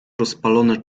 rozpalone